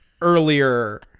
earlier